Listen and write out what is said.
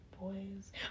boys